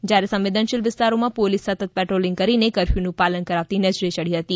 જ્યારે સંવેદનશીલ વિસ્તારોમાં પોલીસ સતત પેટ્રોલિંગ કરીને કર્ફ્યૂનું પાલન કરાવતી નજરે યડી હતી